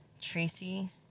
Tracy